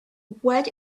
what